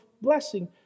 blessing